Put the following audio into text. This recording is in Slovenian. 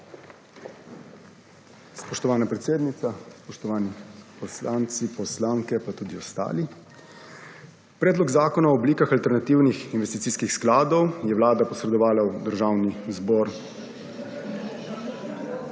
Spoštovana predsednica, spoštovani poslanci, poslanke in ostali! Predlog zakona o oblikah alternativnih investicijskih skladov je Vlada posredovala v Državni zbor…